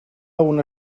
una